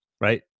right